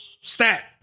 stat